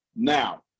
now